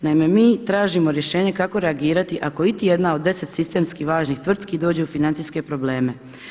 Naime, mi tražimo rješenje kako reagirati ako iti jedna od deset sistemski važnih tvrtki dođe u financijske probleme.